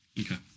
Okay